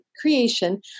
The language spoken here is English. creation